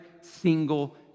single